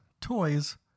toys